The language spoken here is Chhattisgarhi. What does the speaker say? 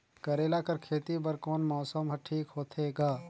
करेला कर खेती बर कोन मौसम हर ठीक होथे ग?